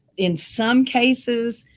in some cases,